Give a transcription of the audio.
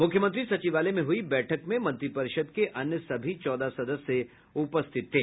मुख्यमंत्री सचिवालय में हुई बैठक में मंत्रिपरिषद के अन्य सभी चौदह सदस्य उपस्थित थे